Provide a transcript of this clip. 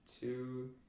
Two